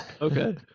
Okay